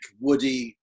woody